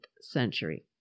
century